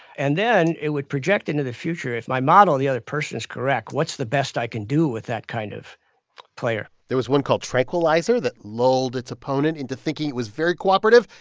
and then it would project into the future. if my model the other person is correct, what's the best i can do with that kind of player? there was one called tranquilizer that lulled its opponent into thinking was very cooperative,